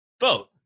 vote